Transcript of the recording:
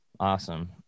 awesome